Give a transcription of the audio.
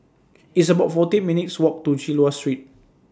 It's about forty minutes' Walk to Chulia Street